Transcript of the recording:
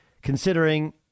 considering